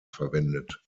verwendet